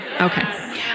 Okay